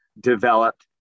developed